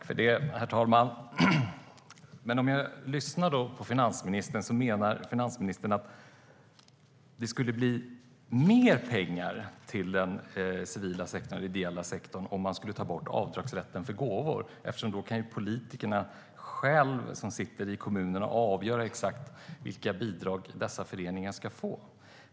Herr talman! När jag lyssnar på finansministern förstår jag att finansministern menar att det skulle bli mer pengar till den ideella sektorn om man skulle ta bort avdragsrätten för gåvor. Då kan ju politikerna som sitter i kommunerna själva avgöra exakt vilka bidrag dessa föreningar ska få.